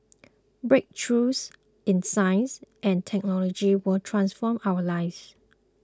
breakthroughs in science and technology will transform our lives